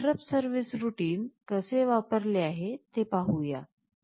हे interrupt service routine कसे वापरले आहे ते पाहू या